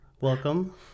welcome